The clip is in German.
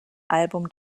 album